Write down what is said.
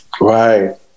Right